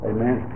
Amen